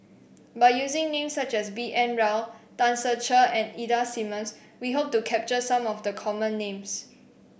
by using names such as B N Rao Tan Ser Cher and Ida Simmons we hope to capture some of the common names